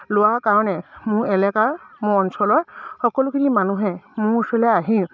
লোৱাৰ কাৰণে মোৰ এলেকাৰ মোৰ অঞ্চলৰ সকলোখিনি মানুহে মোৰ ওচৰলৈ আহি